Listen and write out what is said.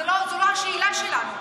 זו לא השאלה שלנו.